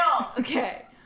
Okay